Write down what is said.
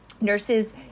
nurses